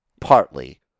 Partly